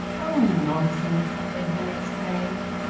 oh, nonsense! edwin exclaimed.